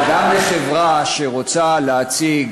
אבל גם לחברה שרוצה להציג